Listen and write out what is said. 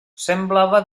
semblava